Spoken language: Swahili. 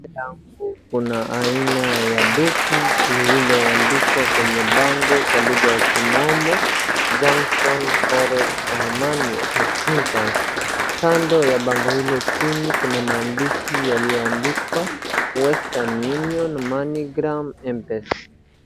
Mbele yangu kuna aina ya duka lililoandika kwenye bango kwa lugha ya kimombo Junction forex and money remittance kando ya bango hilo chini kuna maandishi yaliyoandikwa Western Union, Money gram, Mpesa.